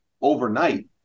overnight